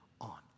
on